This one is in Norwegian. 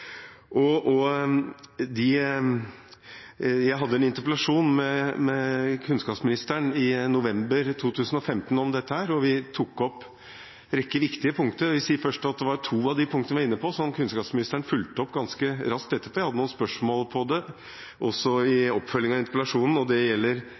Jeg hadde en interpellasjon med kunnskapsministeren i november 2015 om dette, og vi tok opp en rekke viktige punkter. To av punktene jeg var inne på, fulgte kunnskapsministeren opp ganske raskt i ettertid. Jeg hadde noen spørsmål til det, også i oppfølgingen av interpellasjonen, og det gjelder